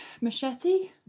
machete